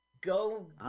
Go